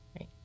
right